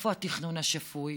איפה התכנון השפוי,